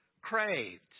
craved